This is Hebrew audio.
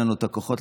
מהפרוטות האלה,